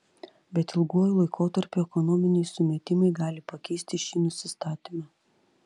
bet ilguoju laikotarpiu ekonominiai sumetimai gali pakeisti šį nusistatymą